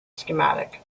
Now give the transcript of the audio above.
schematic